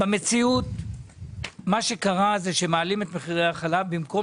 במציאות מה שקרה זה שמעלים את מחירי החלב במקום